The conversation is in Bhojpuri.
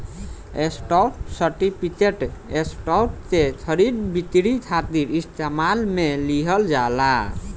स्टॉक सर्टिफिकेट, स्टॉक के खरीद बिक्री खातिर इस्तेमाल में लिहल जाला